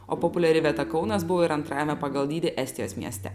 o populiari vieta kaunas buvo ir antrajame pagal dydį estijos mieste